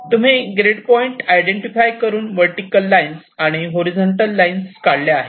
तुम्ही grid point identify करून vertical lines आणि हॉरिझॉन्टल लाईन्स काढल्या आहेत